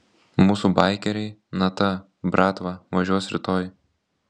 mūsų baikeriai na ta bratva važiuos rytoj